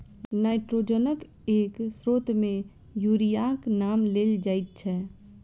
नाइट्रोजनक एक स्रोत मे यूरियाक नाम लेल जाइत छै